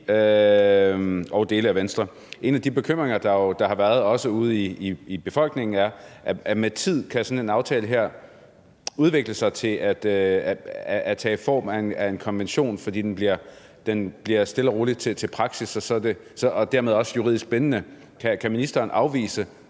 og dele af Venstre. En af de bekymringer, der også har været ude i befolkningen, er, at sådan en aftale her med tid kan udvikle sig til at tage form af en konvention, fordi den stille og roligt bliver til praksis og dermed også juridisk bindende. Kan ministeren